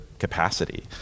capacity